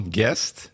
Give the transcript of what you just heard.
guest